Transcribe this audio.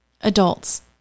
Adults